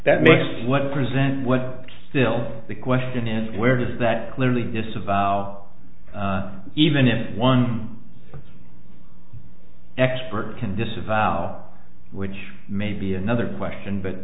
that makes less present what still the question is where does that clearly disavow even one expert can disavow which may be another question but